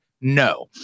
no